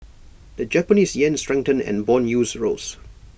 the Japanese Yen strengthened and Bond yields rose